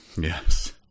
Yes